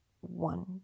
one